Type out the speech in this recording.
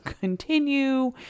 continue